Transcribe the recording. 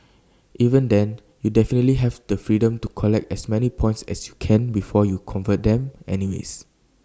even then you definitely have the freedom to collect as many points as you can before you convert them any ways